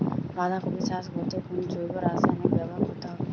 বাঁধাকপি চাষ করতে কোন জৈব রাসায়নিক ব্যবহার করতে হবে?